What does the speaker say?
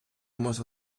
можна